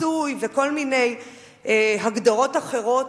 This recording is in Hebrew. עיסוי וכל מיני הגדרות אחרות,